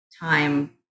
time